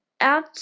out